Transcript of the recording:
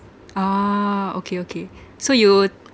ah okay okay so you would